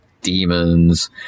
demons